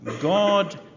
God